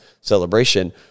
celebration